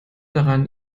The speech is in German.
daran